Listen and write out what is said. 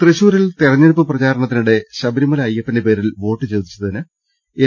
തൃശൂരിൽ തെരഞ്ഞെടുപ്പ് പ്രചാരണത്തിനിടെ ശബരിമല അയ്യപ്പന്റെ പേരിൽ വോട്ട് ചോദിച്ചതിന് എൻ